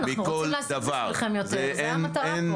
במשפחה כמה חולי סוכר שצריכים טיפול בתאי לחץ ולא מקבלים את הטיפול הזה,